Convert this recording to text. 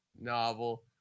novel